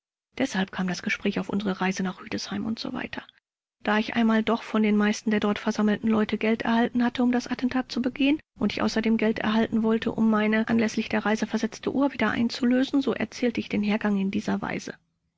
deshalb kam das gespräch auf unsere reise nach rüdesheim usw da ich einmal doch von den meisten der dort versammelten leute geld erhalten hatte um das attentat zu begehen und ich außerdem geld erhalten wollte um meine anläßlich der reise versetzte uhr wieder einzulösen so erzählte ich den hergang in dieser ser weise